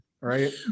right